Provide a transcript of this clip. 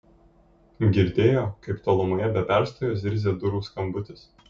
girdėjo kaip tolumoje be perstojo zirzia durų skambutis